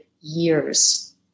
years